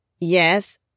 Yes